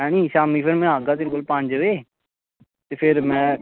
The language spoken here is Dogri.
अंजी शामीं फिर में आह्गा पंज बजे ते फिर में